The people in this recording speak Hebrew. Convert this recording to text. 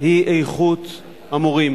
הוא איכות המורים,